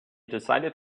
decided